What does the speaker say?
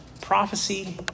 prophecy